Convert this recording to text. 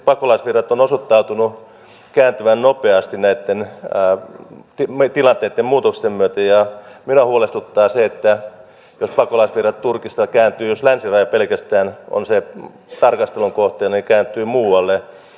pakolaisvirrat ovat osoittautuneet kääntyvän nopeasti näitten tilanteitten muutosten myötä ja minua huolestuttaa se jos pakolaisvirrat turkista jos länsiraja pelkästään on tarkastelun kohteena kääntyvät muualle